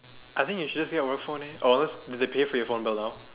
I think you just get work phone leh or else do they pay for your phone bill though